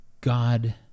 God